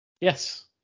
Yes